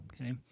okay